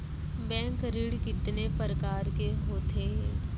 Bank ऋण कितने परकार के होथे ए?